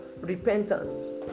repentance